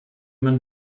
man